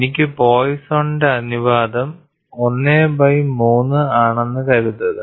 എനിക്ക് പോയിസണിന്റെ ratio Poisson's ratio 1 by 3 ആണെന്ന് കരുതുക